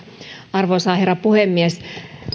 arvoisa herra puhemies